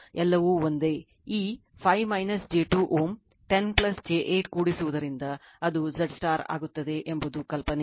ಈ 5 j 2 Ω 10 j 8 ಕೂಡಿಸುವುದರಿಂದ ಅದು Z ಆಗುತ್ತದೆ ಎಂಬುದು ಕಲ್ಪನೆ